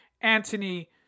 Anthony